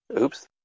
Oops